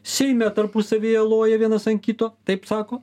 seime tarpusavyje loja vienas ant kito taip sako